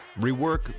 rework